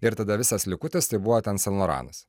ir tada visas likutis tai buvo ten sen loranas